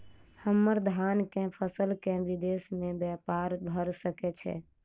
हम्मर धान केँ फसल केँ विदेश मे ब्यपार भऽ सकै छै?